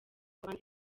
abandi